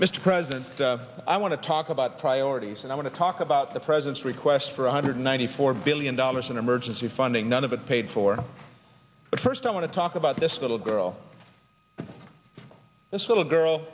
mr president i want to talk about priorities and i want to talk about the president's request for one hundred ninety four billion dollars in emergency funding none of it paid for but first i want to talk about this little girl this little girl